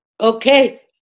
Okay